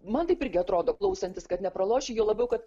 man taip irgi atrodo klausantis kad nepraloši juo labiau kad